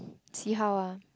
see how ah